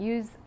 Use